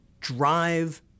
drive